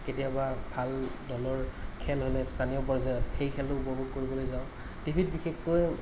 কেতিয়াবা ভাল দলৰ খেল হ'লে স্থানীয় পৰ্য্যায়ত সেই খেলো উপভোগ কৰিবলৈ যাওঁ টিভিত বিশেষকৈ